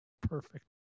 perfect